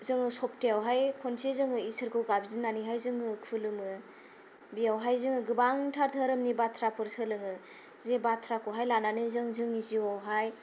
जोङो सप्तायावहाय खनसे इसोरखौ गाबज्रिनानै जोङो खुलुमो बेयावहाय जोङो गोबांथार धोरोमनि बाथ्राफोर सोलोङो जे बाथ्राखौहाय लानानैहाय जोङो जोंनि जिवावहाय